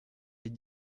les